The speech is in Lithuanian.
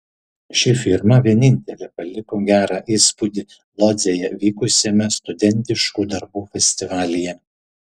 ši firma vienintelė paliko gerą įspūdį lodzėje vykusiame studentiškų darbų festivalyje